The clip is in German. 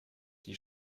die